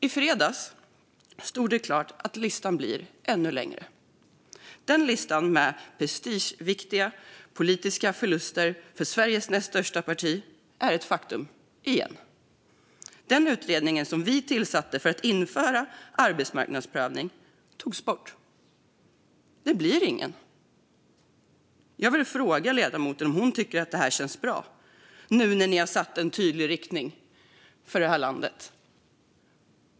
I fredags stod det klart att listan över prestigefulla politiska förluster för Sveriges näst största parti blivit ännu längre: Den utredning vi tillsatte för att införa arbetsmarknadsprövning togs bort. Det blir ingen. Jag vill fråga ledamoten om hon tycker att det känns bra när man nu har satt en tydlig riktning för det här landet.